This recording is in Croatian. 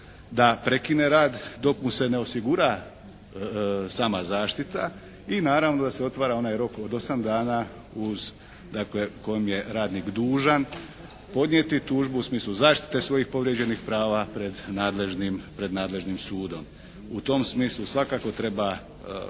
da prekine rad dok mu se ne osigura sama zaštita i naravno da se otvara onaj rok od 8 dana uz, dakle kojem je radnik dužan podnijeti tužbu u smislu zaštite svojih povrijeđenih prava pred nadležnim sudom. U tom smislu svakako treba